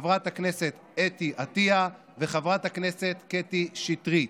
חברת הכנסת אתי עטייה וחברת הכנסת קטי שטרית.